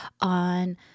on